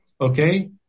okay